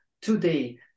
Today